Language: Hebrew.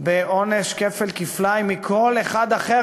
בעונש כפל כפליים מכל אחד אחר,